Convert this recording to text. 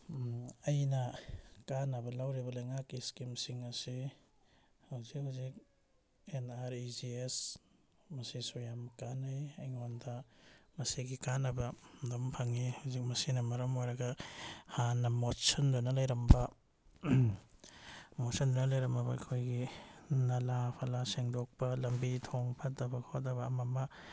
ꯑꯩꯅ ꯀꯥꯅꯕ ꯂꯧꯔꯤꯕ ꯂꯩꯉꯥꯛꯀꯤ ꯏꯁꯀꯤꯝꯁꯤꯡ ꯑꯁꯤ ꯍꯧꯖꯤꯛ ꯍꯧꯖꯤꯛ N R E G S ꯃꯁꯤꯁꯨ ꯌꯥꯝ ꯀꯥꯅꯩ ꯑꯩꯉꯣꯟꯗ ꯃꯁꯤꯒꯤ ꯀꯥꯅꯕ ꯑꯗꯨꯝ ꯐꯪꯉꯤ ꯍꯧꯖꯤꯛ ꯃꯁꯤꯅ ꯃꯔꯝ ꯑꯣꯏꯔꯒ ꯍꯥꯟꯅ ꯃꯣꯠꯁꯤꯟꯗꯨꯅ ꯂꯩꯔꯝꯕ ꯃꯣꯠꯁꯤꯟꯗꯨꯅ ꯂꯩꯔꯝꯃꯕ ꯑꯩꯈꯣꯏꯒꯤ ꯅꯂꯥ ꯐꯂꯥ ꯁꯦꯡꯗꯣꯛꯄ ꯂꯝꯕꯤ ꯊꯣꯡ ꯐꯠꯇꯕ ꯈꯣꯠꯇꯕ ꯑꯃ ꯑꯃ